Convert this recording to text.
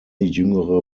jüngere